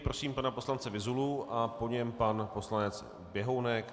Prosím pana poslance Vyzulu a po něm pan poslanec Běhounek.